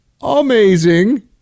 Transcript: amazing